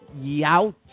Yout